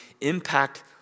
impact